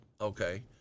Okay